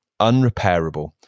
unrepairable